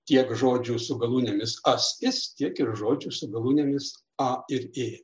tiek žodžių su galūnėmis as is tiek ir žodžių su galūnėmis a ir ė